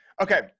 okay